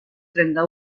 trenta